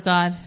God